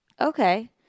Okay